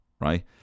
right